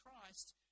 Christ